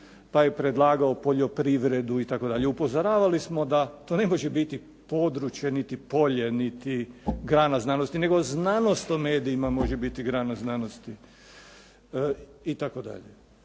pa je predlagao poljoprivredu itd. Upozoravali smo da to ne može biti područje niti polje niti grana znanosti, nego znanost o medijima može biti grana znanosti itd.